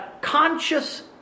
conscious